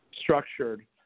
structured